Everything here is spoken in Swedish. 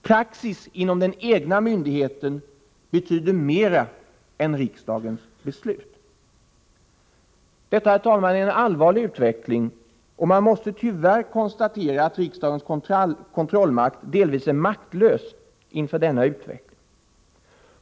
Praxis inom den egna myndigheten betyder mera än riksdagens beslut. Herr talman! Detta är en allvarlig utveckling, och man måste tyvärr konstatera att riksdagens kontrollmakt delvis är maktlös inför denna utveckling.